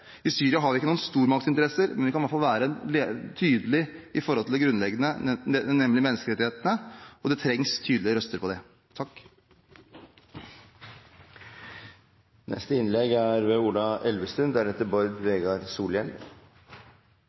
I Syria har vi ikke noen stormaktsinteresser, men vi kan i hvert fall være tydelige med hensyn til det grunnleggende, nemlig menneskerettighetene. Og det trengs tydelige røster for det.